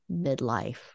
midlife